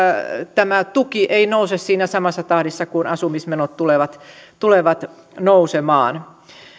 tämä tuki ei nouse siinä samassa tahdissa kuin asumismenot tulevat tulevat nousemaan